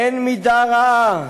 אין מידה רעה